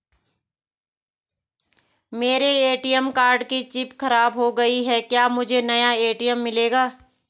मेरे ATM card की chip खराब हो गयी है क्या मुझे नया ए.टी.एम मिलेगा?